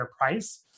price